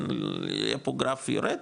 היה פה גרף יורד,